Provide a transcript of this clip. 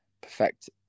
perfect